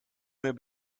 mir